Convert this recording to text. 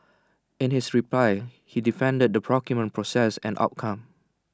in his reply he defended the procurement process and outcome